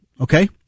Okay